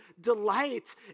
delight